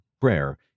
prayer